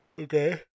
Okay